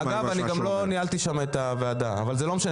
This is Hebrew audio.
אגב, אני לא ניהלתי שם את הוועדה אבל זה לא משנה.